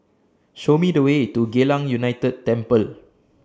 Show Me The Way to Geylang United Temple